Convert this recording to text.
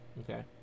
Okay